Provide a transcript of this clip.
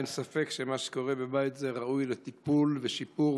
אין ספק שמה שקורה בבית זה ראוי לטיפול ולשיפור,